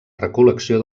recol·lecció